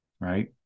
right